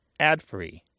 adfree